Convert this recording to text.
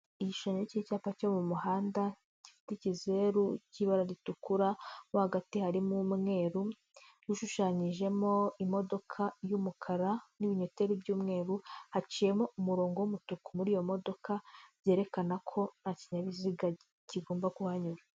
Igishushanyo cy'icyapa cyo mu muhanda, gifite ikizeru cy'ibara ritukura, mo hagati harimo umweru ushushanyijemo imodoka y'umukara n'ibinyoteri by'umweru, haciyemo umurongo w'umutuku muri iyo modoka, byerekana ko nta kinyabiziga kigomba kuhanyura.